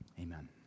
amen